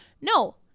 No